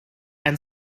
and